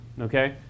okay